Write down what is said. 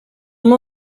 nom